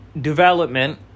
development